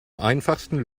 einfachsten